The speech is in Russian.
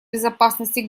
безопасности